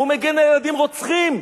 הוא מגן על ילדים רוצחים,